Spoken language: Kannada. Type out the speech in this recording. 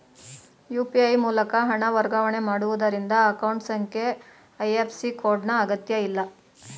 ಯು.ಪಿ.ಐ ಮೂಲಕ ಹಣ ವರ್ಗಾವಣೆ ಮಾಡುವುದರಿಂದ ಅಕೌಂಟ್ ಸಂಖ್ಯೆ ಐ.ಎಫ್.ಸಿ ಕೋಡ್ ನ ಅಗತ್ಯಇಲ್ಲ